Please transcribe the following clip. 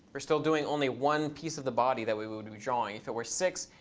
we're still doing only one piece of the body that we we would be drawing. if it were six,